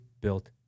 built